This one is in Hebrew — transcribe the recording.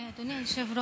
זאת אומרת, כאשר,